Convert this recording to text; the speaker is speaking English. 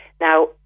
Now